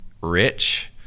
rich